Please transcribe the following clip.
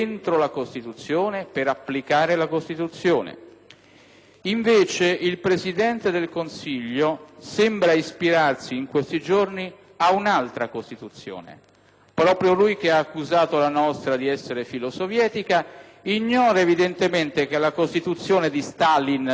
Invece, il Presidente del Consiglio sembra ispirarsi in questi giorni ad un'altra Costituzione. Proprio lui, che ha accusato la nostra di essere filosovietica, ignora evidentemente che la Costituzione di Stalin del 1936 (ho qui con me il testo